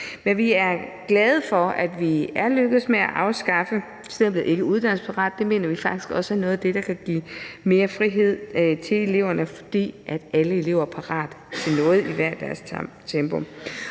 Men vi er glade for, at vi er lykkedes med at afskaffe selve uddannelsesparathedsvurderingen. Det mener vi faktisk også er noget af det, der kan give mere frihed til eleverne, fordi alle elever er parate til noget i hver deres tempo.